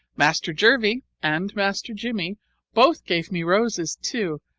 master jervie and master jimmie both gave me roses, too,